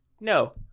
no